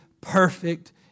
perfect